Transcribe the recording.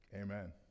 Amen